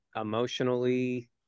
emotionally